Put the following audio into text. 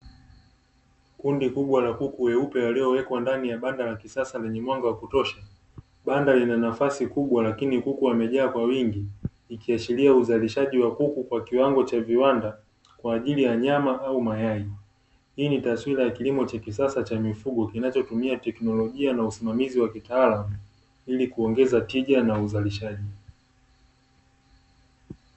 Kundi kubwa la kuku weupe waliowekwa ndani ya banda la kisasa lenye mwanga wa kutosha, banda lina nafasi kubwa lakini kuku wamejaa kwa wingi ikiashiria uzalishaji wa kuku kwa kiwango cha viwanda kwa ajili ya nyama au mayai. Hii ni taswira ya kilimo cha kisasa cha mifugo kinachotumia tekinolojia na usimamazi wa kitaalamu, ili kuongeza tija na uzalishaji.